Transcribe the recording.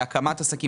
להקמת עסקים.